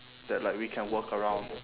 that like we can work around